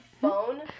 phone